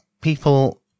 people